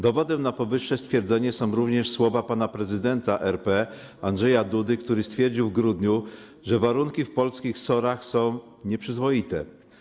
Dowodem na powyższe stwierdzenie są również słowa pana prezydenta RP Andrzeja Dudy, który stwierdził w grudniu, że warunki w polskich SOR-ach są nieprzyzwoite.